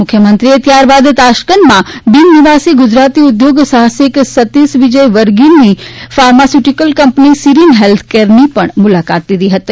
મુખ્યમંત્રીશ્રીએ ત્યારબાદ તાશ્કંદમાં બિનનિવાસી ગુજરાતી ઊદ્યોગ સાહસિક સતિષ વિજય વર્ગીયની ફાર્માસ્યુટિકલ કંપની સિરીન હેલ્થકેરની પણ મૂલાકાત લીધી હતી